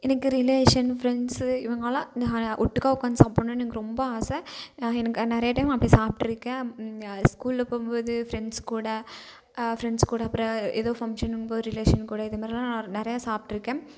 எனக்கு relation friends இவங்க எல்லாம் எனக்கு ஓட்டுக்காக உக்காந்து சாப்படணுன்னு எனக்கு ரொம்ப ஆசை நான் எனக்கு நிறைய டைம் அப்படி சாப்பிட்டுருக்கேன் ஸ்கூலில் போகும்போது ஃப்ரெண்ட்ஸ் கூட ஃப்ரெண்ட்ஸ் கூட அப்புறம் எதோ ஃபங்ஷன்ங்கும்போது ரிலேஷன் கூட இந்தமாதிரில்லாம் நான் நிறைய சாப்பிட்டுருக்கேன்